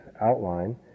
outline